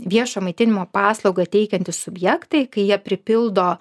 viešo maitinimo paslaugą teikiantys subjektai kai jie pripildo